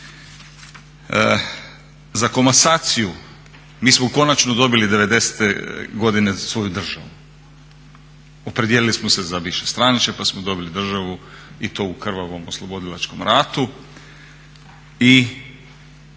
Za komasaciju, mi smo konačno dobili '90. godine svoju državu, opredijelili smo se za višestranačje pa smo dobili državu i to u krvavom oslobodilačkom ratu.